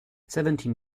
seventeen